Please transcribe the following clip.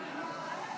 התיישנות